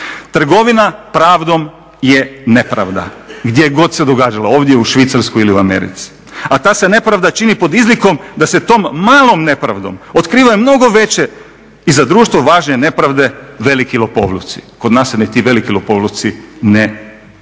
Trgovina pravdom je nepravda, gdje god se događala, ovdje, u Švicarskoj ili u Americi. A ta se nepravda čini pod izlikom da se tom malom nepravdom otkrivaju mnogo veće i za društvo važnije nepravde, veliki lopovluci. Kod nas se ni ti veliki lopovluci ne